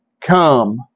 come